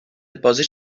بازه